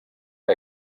que